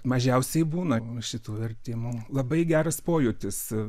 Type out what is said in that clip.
mažiausiai būna šitų vertimų labai geras pojūtis